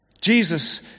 Jesus